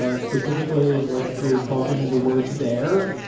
ah specifically, like if you're talking the word there,